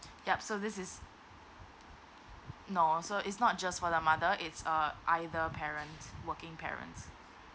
yup so this is no so it's not just for the mother it's uh either a parent working parents